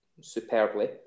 superbly